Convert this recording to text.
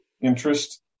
interest